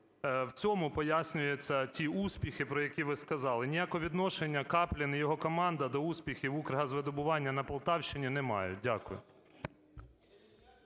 В цьому пояснюються ті успіхи, про які ви сказали. Ніякого відношення Каплін і його команда до успіхів "Укргазвидобування" на Полтавщині не мають. Дякую.